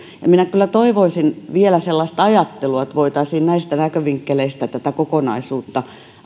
kyllä toivoisin vielä sellaista ajattelua että voitaisiin näistä näkövinkkeleistä tätä kokonaisuutta